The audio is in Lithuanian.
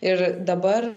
ir dabar